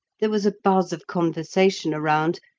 there was a buzz of conversation around,